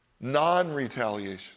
non-retaliation